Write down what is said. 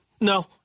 no